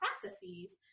processes